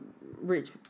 rich